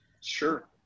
Sure